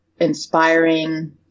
inspiring